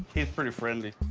he's pretty friendly.